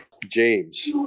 James